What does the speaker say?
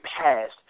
past